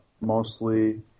mostly